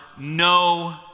no